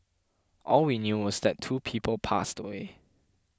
all we knew was that two people passed away